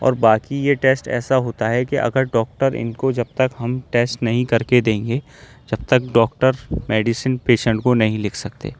اور باقی یہ ٹیسٹ ایسا ہوتا ہے کہ اگر ڈاکٹر ان کو جب تک ہم ٹیسٹ نہیں کر کے دیں گے جب تک ڈاکٹر میڈیسن پیشنٹ کو نہیں لکھ سکتے